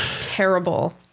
Terrible